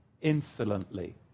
insolently